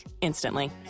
instantly